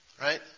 Right